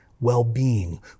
well-being